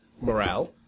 morale